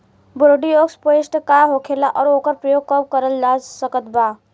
Bordeaux paste का होखेला और ओकर प्रयोग कब करल जा सकत बा?